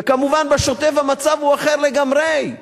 וכמובן, בשוטף המצב אחר לגמרי,